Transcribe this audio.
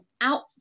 out